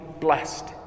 blessed